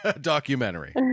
documentary